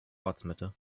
ortsmitte